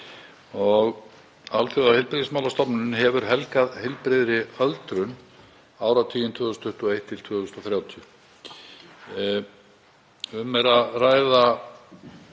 Alþjóðaheilbrigðismálastofnunin hefur helgað Heilbrigðri öldrun áratuginn 2021–2030. Um er að ræða